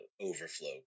overflow